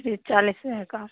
fridge चालीस हज़ार का